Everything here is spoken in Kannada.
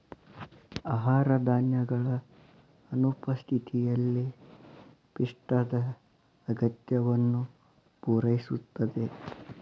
ಆಹಾರ ಧಾನ್ಯಗಳ ಅನುಪಸ್ಥಿತಿಯಲ್ಲಿ ಪಿಷ್ಟದ ಅಗತ್ಯವನ್ನು ಪೂರೈಸುತ್ತದೆ